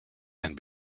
and